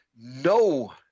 no